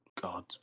God